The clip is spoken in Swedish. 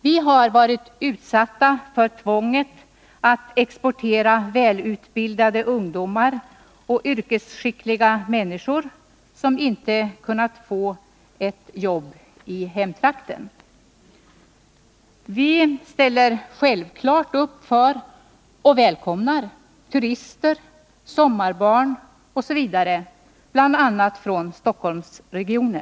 Vi har varit utsatta för tvånget att exportera välutbildade ungdomar och yrkesskickliga människor, som inte har kunnat få arbete i hemtrakten. Självfallet ställer vi upp för och välkomnar turister, sommarbarn osv. från bl.a. Stockholmsregionen.